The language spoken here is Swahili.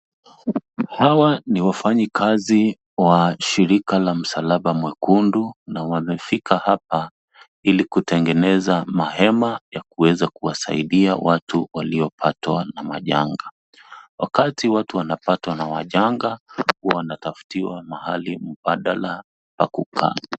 Hawa ni wafanyikazi wa shirika la msalaba mwekundu na wamefika hapa ili kutengeneza mahema ya kuweza kuwasaidia watu waliopatwa na majanga. Wakati watu wanapatwa na majanga, huwa wanataftiwa mahali mbadala pa kukaa.